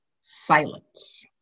silence